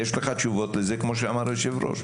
יש לך תשובות לזה, כמו שאמר היושב ראש?